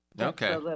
okay